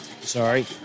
Sorry